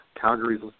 Calgary's